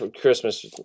Christmas